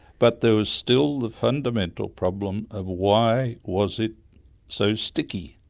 but there was still the fundamental problem of why was it so sticky?